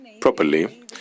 properly